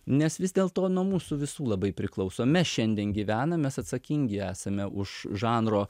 nes vis dėl to nuo mūsų visų labai priklauso mes šiandien gyvenam mes atsakingi esame už žanro